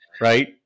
Right